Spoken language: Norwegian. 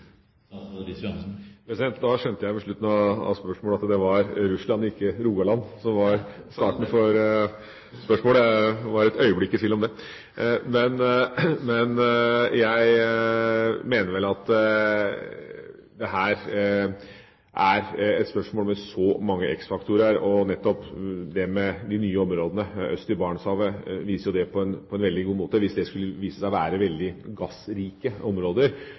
skjønte jeg at det var Russland og ikke Rogaland det gjaldt – jeg var et øyeblikk i tvil om det. Jeg mener vel at dette er et spørsmål med mange x-faktorer, og nettopp det med de nye områdene øst i Barentshavet viser det på en veldig god måte. Hvis dette skulle vise seg å være veldig gassrike områder,